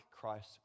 Christ